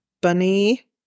Bunny